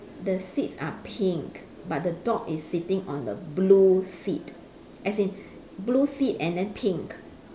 the seats are pink but the dog is seating on the blue seat as in blue seat and then pink